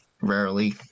rarely